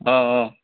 অঁ অঁ